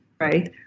right